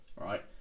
right